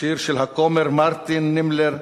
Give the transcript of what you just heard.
השיר של הכומר מרטין נימלר,